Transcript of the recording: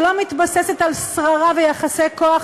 שלא מתבססת על שררה ויחסי כוח,